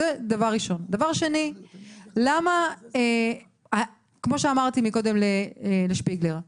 דבר שני, כמו שאמרתי קודם למאיר שפיגלר,